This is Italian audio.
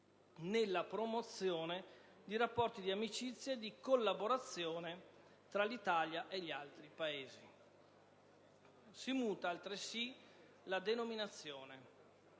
nella promozione di rapporti di amicizia e collaborazione tra l'Italia e gli altri Paesi. Si muta altresì la denominazione